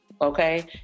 okay